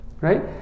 right